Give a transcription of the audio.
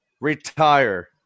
Retire